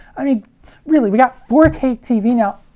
i mean really, we've got four k tv now,